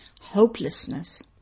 hopelessness